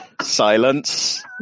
silence